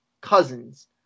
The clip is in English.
Cousins